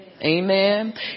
Amen